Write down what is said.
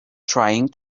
trying